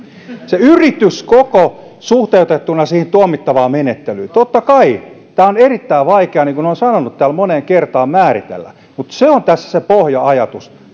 se yrityskoko suhteutettuna siihen tuomittavaan menettelyyn totta kai tämä on erittäin vaikeaa määritellä niin kuin olen sanonut täällä moneen kertaan mutta se on tässä se pohja ajatus